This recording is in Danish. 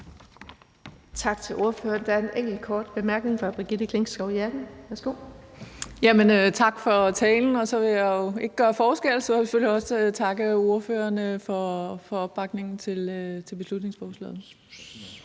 Tak til ordføreren. Der er en enkelt kort bemærkning fra Brigitte Klintskov Jerkel. Værsgo. Kl. 14:47 Brigitte Klintskov Jerkel (KF): Tak for talen. Jeg vil jo ikke gøre forskel, så jeg vil selvfølgelig også takke ordføreren for opbakningen til beslutningsforslaget.